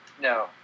No